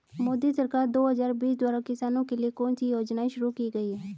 मोदी सरकार दो हज़ार बीस द्वारा किसानों के लिए कौन सी योजनाएं शुरू की गई हैं?